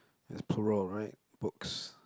there's plural right books